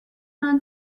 نان